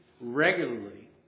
regularly